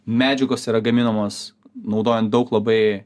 medžiagos yra gaminamos naudojant daug labai